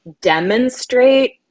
demonstrate